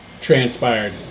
transpired